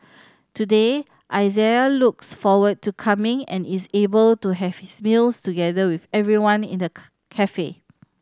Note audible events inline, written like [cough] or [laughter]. today Isaiah looks forward to coming and is able to have his meals together with everyone in the [unintelligible] cafe